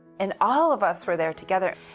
and all of us were there together.